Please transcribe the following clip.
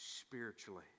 spiritually